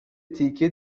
تیکه